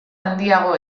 handiago